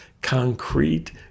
concrete